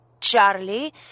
Charlie